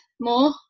more